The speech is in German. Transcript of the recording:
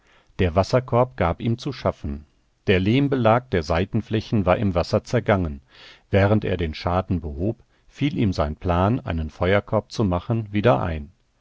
der wasserkorb gab ihm zu schaffen der lehmbelag der seitenflächen war im wasser zergangen während er den schaden behob fiel ihm sein plan einen feuerkorb zu machen wieder ein